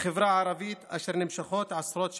החברה הערבית, אשר נמשכות עשרות שנים.